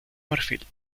marfil